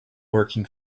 working